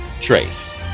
Trace